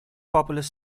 populous